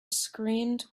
screamed